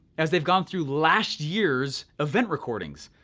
as they've gone through last year's event recordings.